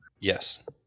Yes